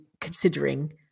considering